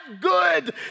good